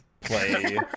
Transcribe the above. play